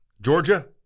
Georgia